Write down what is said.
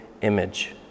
image